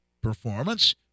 performance